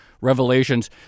revelations